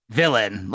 villain